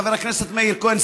חבר הכנסת מאיר כהן,